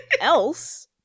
else